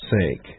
sake